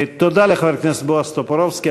תודה לחבר הכנסת בועז טופורובסקי.